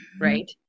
right